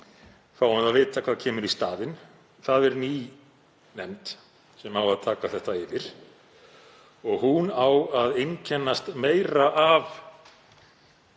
fáum við að vita hvað kemur í staðinn. Það er ný nefnd sem á að taka þetta yfir og hún á að einkennast meira af